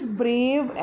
brave